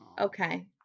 okay